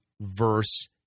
verse